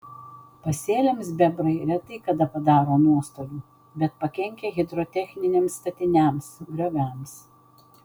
pasėliams bebrai retai kada padaro nuostolių bet pakenkia hidrotechniniams statiniams grioviams